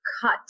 cut